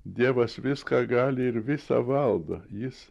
dievas viską gali ir visa valdo jis